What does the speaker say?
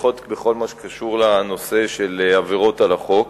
לפחות בכל מה שקשור לנושא של עבירות על החוק,